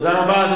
תודה רבה.